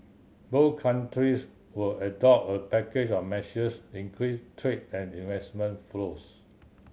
both countries will adopt a package of measures increase trade and investment flows